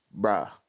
Bruh